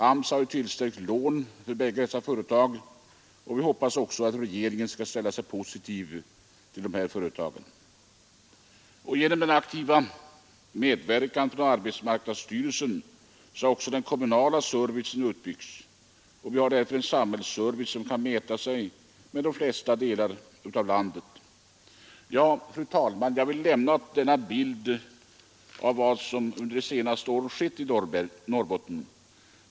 AMS har tillstyrkt lån för båda dessa företag, och vi hoppas att även regeringen skall ställa sig positiv till de här företagen. Genom arbetsmarknadsstyrelsens aktiva medverkan har den kommunala servicen utbyggts. Vi har därför en samhällsservice som kan mäta sig med servicen i vilka delar av landet som helst. Jag har, fru talman, velat ge denna bild av vad som under senare år skett i Norrbotten.